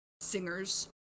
singers